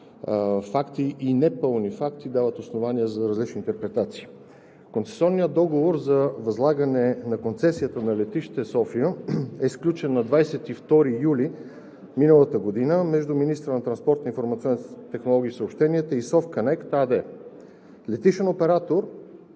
и непълни факти дават основание за различни интерпретации. Концесионният договор за възлагане на концесията на летище София е сключен на 22 юли миналата година между министъра на транспорта, информационните технологии